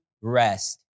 rest